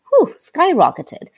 skyrocketed